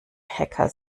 hacker